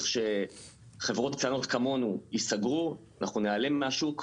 שחברות קטנות כמוני ייסגרו ונעלם מהשוק.